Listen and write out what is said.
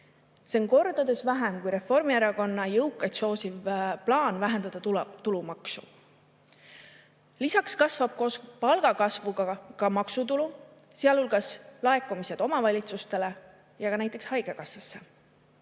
See on kordades vähem kui Reformierakonna jõukaid soosiv plaan vähendada tulumaksu. Lisaks kasvab koos palgakasvuga ka maksutulu, sealhulgas laekumised omavalitsustele ja ka näiteks haigekassasse.